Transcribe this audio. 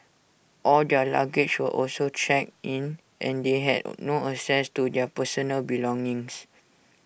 all their luggage were also checked in and they had no access to their personal belongings